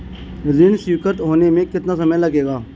ऋण स्वीकृत होने में कितना समय लगेगा?